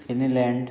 Finland